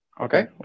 Okay